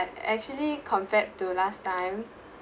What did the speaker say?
actually compared to last time